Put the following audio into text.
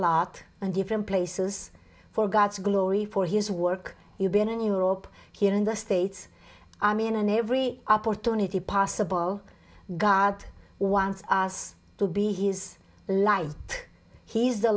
lot and different places for god's glory for his work you've been in europe here in the states i mean and every opportunity possible god wants us to be his life he's the